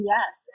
Yes